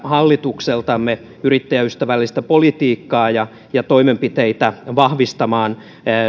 hallitukseltamme yrittäjäystävällistä politiikkaa ja yrittäjäystävällisiä toimenpiteitä vahvistamaan